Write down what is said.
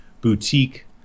boutique